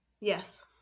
Yes